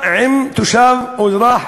צריך לשעבד את כל תקציב המדינה.